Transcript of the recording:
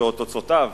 שתוצאותיו